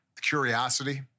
curiosity